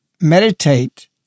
meditate